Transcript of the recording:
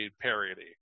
parody